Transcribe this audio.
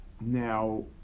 Now